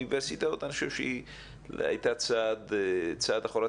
האוניברסיטאות, אני חושב שהיא הייתה צעד אחורה.